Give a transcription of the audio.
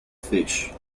fish